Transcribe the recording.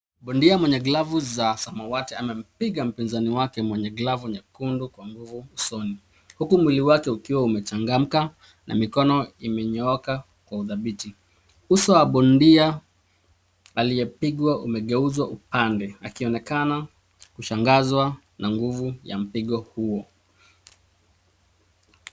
Bondia mwenye glavu za samawati amampiga mpinzani wake mwenye glavu nyekundu kwa nguvu usoni. huku mwili wake ukiwa umechangmamka na mikono imenyooka kwa udhabiti. uso wa bondia aliyepigwa umegeuzwa upande akionekana kushangazwa na nguvu ya mpigo huo.